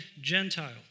Gentile